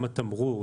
גם התמרור.